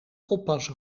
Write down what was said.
oppassen